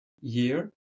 year